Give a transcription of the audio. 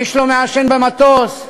איש לא מעשן במטוס,